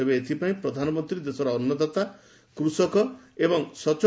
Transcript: ତେବେ ଏଥିପାଇଁ ପ୍ରଧାନମନ୍ତୀ ଦେଶର ଅନ୍ନଦାତା କୃଷକ ଏବଂ ସର୍ରେ